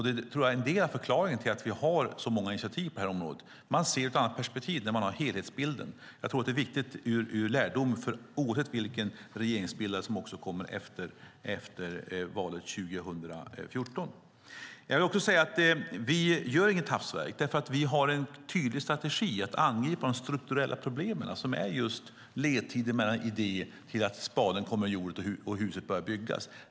Det tror jag är en av förklaringarna till att vi har så många initiativ på det här området. Man ser ett annat perspektiv när man har helhetsbilden. Det tror jag är en viktig lärdom oavsett vilken regeringsbildare som kommer efter valet 2014. Vi gör inget hafsverk. Vi har en tydlig strategi när det gäller att angripa de strukturella problemen som är just ledtid från idé till dess att spaden kommer i jorden och huset börjar byggas.